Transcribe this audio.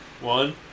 One